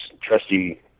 trusty